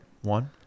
One